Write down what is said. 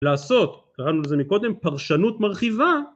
לעשות, קראנו לזה מקודם, פרשנות מרחיבה.